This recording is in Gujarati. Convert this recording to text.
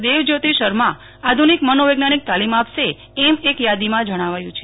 દેવજયોત શર્મા આધુનિક મનોવૈજ્ઞાનિક તાલીમ આપશે એમ એક યાદીમાં જણાવાયું છે